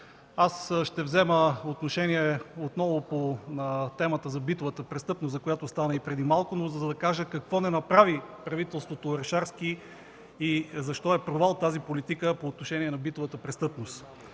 Ще взема отношение отново по темата за битовата престъпност, за която стана дума и преди малко, но за да кажа какво не направи правителството Орешарски и защо е провал тази политика по отношение на битовата престъпност.